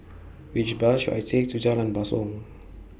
Which Bus should I Take to Jalan Basong